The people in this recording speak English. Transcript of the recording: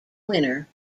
winner